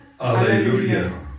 Alleluia